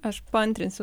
aš paantrinsiu